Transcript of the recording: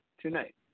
tonight